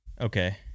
Okay